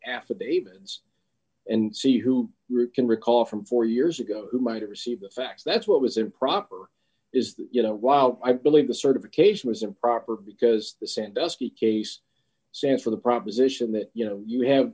affidavits and see who can recall from four years ago who might receive the facts that's what was improper is you know while i believe the certification was improper because the sandusky case stands for the proposition that you know you have